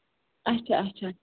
اَچھا اَچھا